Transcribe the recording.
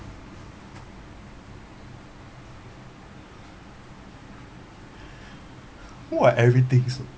who are everything's